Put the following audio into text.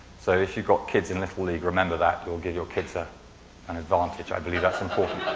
so, if you've got kids in little league, remember that, you'll give your kids ah an advantage. i believe that's important.